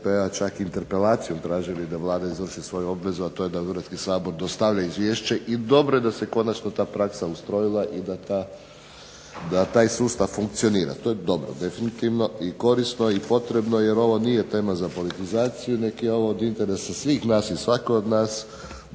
čak interpelaciju tražili da Vlada izvrši svoju obvezu, a to je da u Hrvatski sabor dostave izvješće i dobro je da se konačno ta praksa ustrojila i da taj sustav funkcionira. To je dobro definitivno i korisno i potrebno, jer ovo nije tema za politizaciju, nego je ovo od interesa svih nas i svakog od nas